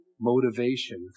motivation